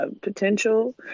potential